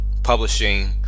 publishing